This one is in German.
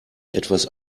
etwas